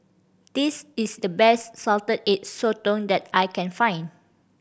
this is the best Salted Egg Sotong that I can find